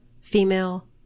female